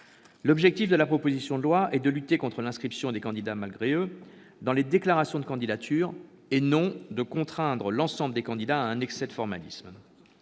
L'objectif de la proposition de loi est de lutter contre l'inscription de candidats malgré eux dans les déclarations de candidature, non de contraindre l'ensemble des candidats à un excès de formalisme.